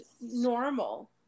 normal